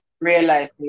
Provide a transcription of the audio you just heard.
realize